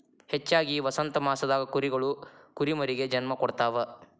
ಹೆಚ್ಚಾಗಿ ವಸಂತಮಾಸದಾಗ ಕುರಿಗಳು ಕುರಿಮರಿಗೆ ಜನ್ಮ ಕೊಡ್ತಾವ